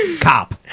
cop